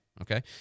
okay